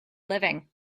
living